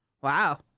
Wow